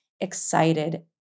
excited